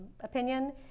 opinion